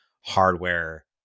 hardware